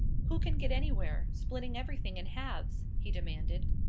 who can get anywhere, splitting everything in halves? he demanded.